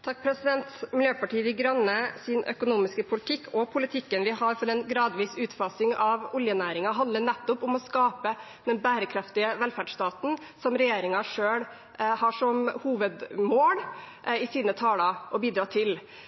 Miljøpartiet De Grønnes økonomiske politikk og politikken vi har for en gradvis utfasing av oljenæringen, handler nettopp om å skape den bærekraftige velferdsstaten som regjeringen selv i sine taler sier den har som hovedmål